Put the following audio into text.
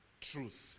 Truth